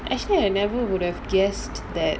actually I never would have guessed that